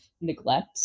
neglect